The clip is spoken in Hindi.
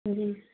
जी